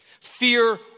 Fear